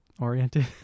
oriented